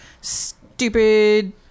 stupid